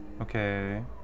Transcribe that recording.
Okay